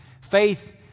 Faith